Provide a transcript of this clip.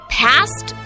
past